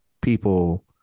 people